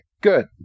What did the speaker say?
Good